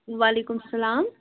وعلیکُم سَلام